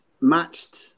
matched